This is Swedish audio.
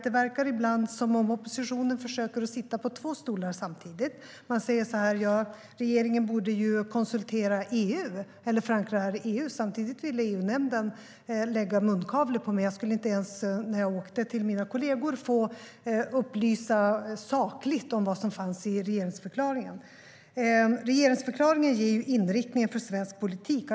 Det verkar ibland som att oppositionen försöker att sitta på två stolar samtidigt. Man säger: Regeringen borde konsultera EU eller förankra det i EU. Samtidigt ville EU-nämnden lägga munkavle på mig. Jag skulle inte ens när jag åkte till mina kolleger få upplysa sakligt om vad som fanns i regeringsförklaringen. Regeringsförklaringen ger inriktningen för svensk politik.